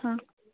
हाँ